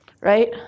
right